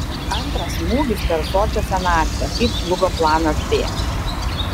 antras smūgis per sočią senatvę kaip žlugo planas b